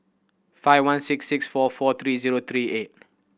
five one six six four four three zero three eight